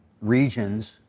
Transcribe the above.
regions